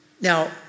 Now